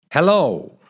Hello